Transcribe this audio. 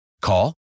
Call